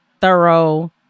thorough